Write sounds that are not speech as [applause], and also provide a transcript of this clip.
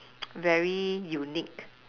[noise] very unique